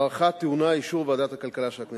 ההארכה טעונה אישור ועדת הכלכלה של הכנסת.